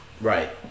Right